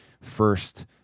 first